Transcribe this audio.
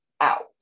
out